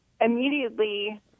immediately